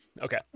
Okay